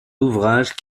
ouvrage